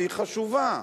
והיא חשובה,